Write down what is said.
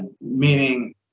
meaning